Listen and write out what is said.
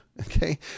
okay